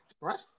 Right